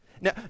Now